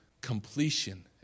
completion